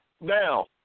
Now